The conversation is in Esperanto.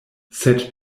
sed